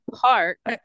park